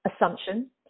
assumption